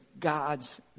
god's